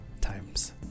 times